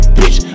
bitch